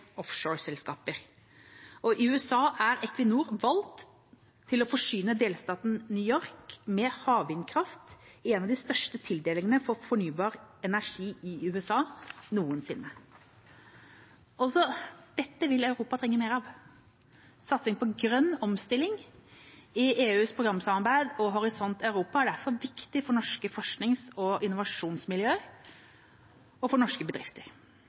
I USA er Equinor valgt til å forsyne delstaten New York med havvindkraft i en av de største tildelingene for fornybar energi i USA noensinne. Også dette vil Europa trenge mer av. Satsingen på grønn omstilling i EUs programsamarbeid og Horisont Europa er derfor viktig for norske forsknings- og innovasjonsmiljøer og for norske bedrifter.